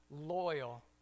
loyal